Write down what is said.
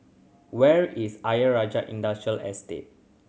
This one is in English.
where is Ayer Rajah Industrial Estate